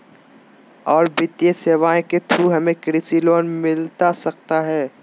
आ वित्तीय सेवाएं के थ्रू हमें कृषि लोन मिलता सकता है?